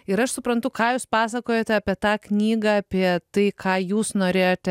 ir aš suprantu ką jūs pasakojote apie tą knygą apie tai ką jūs norėjote